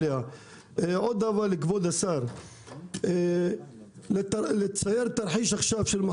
לכן אני מציע שהסיכום של הדיון הזה ידבר על תהליך סדור,